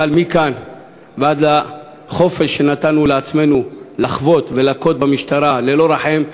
אבל מכאן ועד לחופש שנתנו לעצמנו לחבוט ולהכות במשטרה ללא רחם,